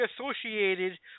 associated